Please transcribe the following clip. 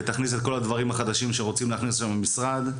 ותכניס את כל הדברים החדשים שרוצים להכניס שם במשרד,